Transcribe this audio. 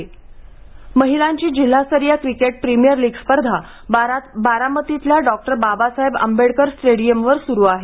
महिलाक्रिकेट महिलांची जिल्हास्तरीय cricket premier league स्पर्धा बारामतीतल्या डॉक्टर बाबासाहेब आंबेडकर स्टेडियमवर सुरू आहे